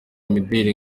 imideli